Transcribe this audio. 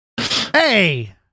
hey